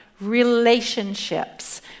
relationships